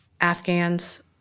Afghans